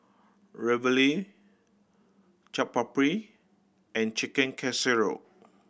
Ravioli Chaat Papri and Chicken Casserole